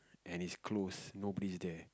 and it's closed nobody's there